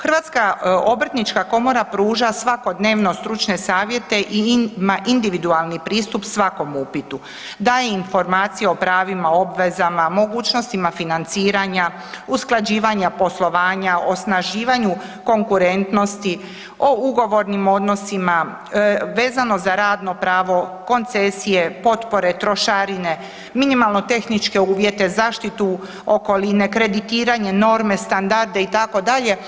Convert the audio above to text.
HOK pruža svakodnevno stručne savjete i ima individualni pristup svakom upitu, daje informacije o pravima i obvezama, mogućnostima financiranja, usklađivanja poslovanja, osnaživanju konkurentnosti, o ugovornim odnosima, vezano za radno pravo koncesije, potpore, trošarine, minimalno tehničke uvjete, zaštitu okoline, kreditiranje norme, standarda itd.